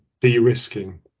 de-risking